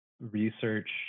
research